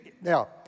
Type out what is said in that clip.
Now